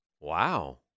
Wow